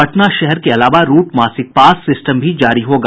पटना शहर के अलावा रूट मासिक पास सिस्टम भी जारी होगा